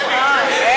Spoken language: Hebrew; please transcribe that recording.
שמית, שמית.